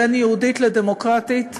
בין יהודית לדמוקרטית,